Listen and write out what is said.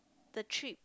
the trip